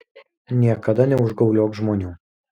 niekada neužgauliok žmonių